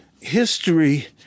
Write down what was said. history